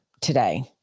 today